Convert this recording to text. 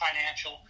Financial